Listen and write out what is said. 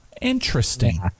Interesting